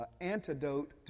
antidote